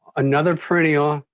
another perennial.